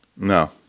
No